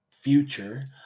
future